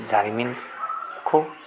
जारिमिनखौ